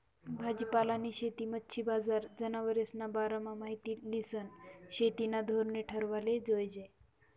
भाजीपालानी शेती, मच्छी बजार, जनावरेस्ना बारामा माहिती ल्हिसन शेतीना धोरणे ठरावाले जोयजे